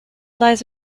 lies